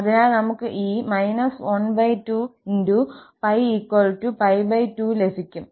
അതിനാൽ നമുക് ഈ −12×𝜋𝜋2ലഭിക്കും